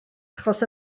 achos